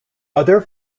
other